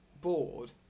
bored